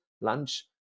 lunch